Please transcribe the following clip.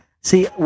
see